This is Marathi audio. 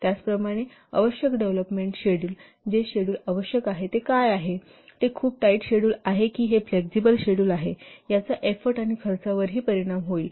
त्याचप्रमाणे आवश्यक डेव्हलोपमेन्ट शेड्युल जे शेड्युल आवश्यक आहे ते काय आहे ते खूप टाइट शेड्युल आहे की हे फ्लेक्सिबल शेड्युल आहे याचा एफोर्ट आणि खर्चावरही परिणाम होईल